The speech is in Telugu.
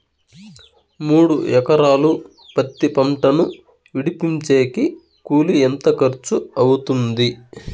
మూడు ఎకరాలు పత్తి పంటను విడిపించేకి కూలి ఎంత ఖర్చు అవుతుంది?